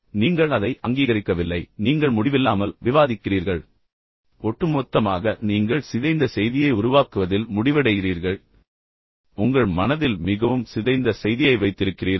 நீங்கள் அதை அங்கீகரிக்கவில்லை நீங்கள் முடிவில்லாமல் விவாதிக்கிறீர்கள் ஒட்டுமொத்தமாக நீங்கள் சிதைந்த செய்தியை உருவாக்குவதில் முடிவடைகிறீர்கள் உங்களிடம் சரியாகச் சொல்லப்பட்டாலும் அதை தவறாக வடிகட்ட முயற்சிக்கிறீர்கள் பின்னர் உங்கள் மனதில் மிகவும் சிதைந்த செய்தியை வைத்திருக்கிறீர்கள்